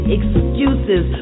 excuses